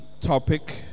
topic